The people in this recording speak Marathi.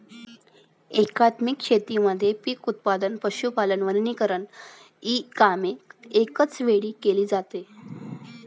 एकात्मिक शेतीमध्ये पीक उत्पादन, पशुपालन, वनीकरण इ कामे एकाच वेळी केली जातात